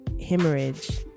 Hemorrhage